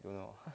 don't know